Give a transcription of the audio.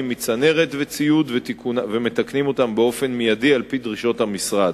מצנרת וציוד ומתקנים אותם באופן מיידי על-פי דרישות המשרד.